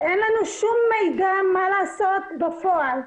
אין לנו שום מידע מה לעשות בפועל.